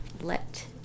Let